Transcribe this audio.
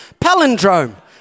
palindrome